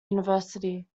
university